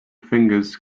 fingers